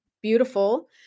beautiful